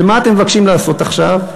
ומה אתם מבקשים לעשות עכשיו?